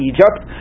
Egypt